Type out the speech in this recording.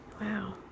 Wow